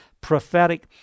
prophetic